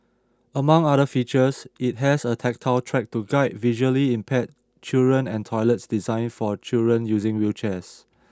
among other features it has a tactile track to guide visually impaired children and toilets designed for children using wheelchairs